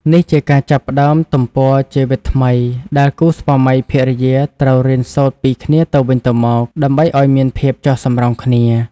នេះជាការចាប់ផ្តើមទំព័រជីវិតថ្មី ដែលគូស្វាមីភរិយាត្រូវរៀនសូត្រពីគ្នាទៅវិញទៅមក ដើម្បីឱ្យមានភាពចុះសម្រុងគ្នា ។